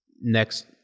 next